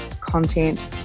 content